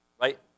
Right